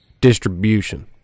Distribution